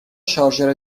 شارژر